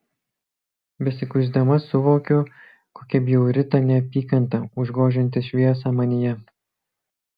besikuisdama suvokiu kokia bjauri ta neapykanta užgožianti šviesą manyje